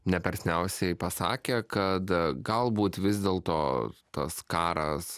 ne per seniausiai pasakė kad galbūt vis dėlto tas karas